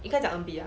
你在讲 eun bi ah